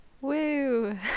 Woo